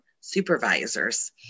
supervisors